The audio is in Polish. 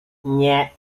nie